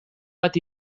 bat